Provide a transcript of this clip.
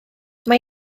mae